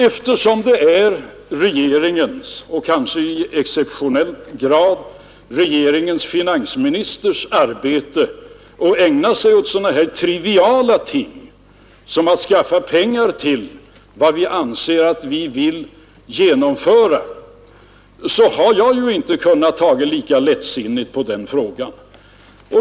Eftersom det är regeringens och kanske i exceptionellt hög grad regeringens finansministers uppgift att ägna sig åt sådana triviala ting som att skaffa pengar till vad vi vill genomföra, har jag inte kunnat ta lika lättsinnigt på den frågan.